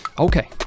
Okay